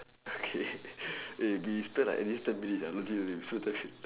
okay eh we spend like at least ten mintues lah legit legit so thats it